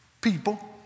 People